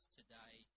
today